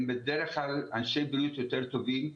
הם בדרך כלל אנשי בריאות יותר טובים.